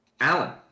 Alan